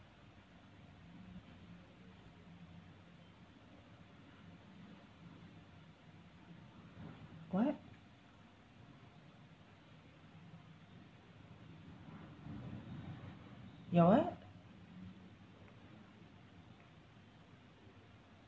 what your what